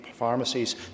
pharmacies